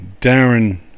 Darren